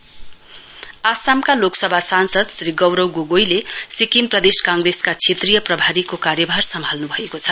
कांग्रेस आसामका लोकसभा सांसद श्री गौरव गोगोईले सिक्किम प्रदेश कांग्रेसका क्षेत्रीय प्रभारीको कार्यभार सम्हाल्नु भएको छ